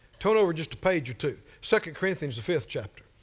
turn over just a page or two. second corinthians the fifth chapter.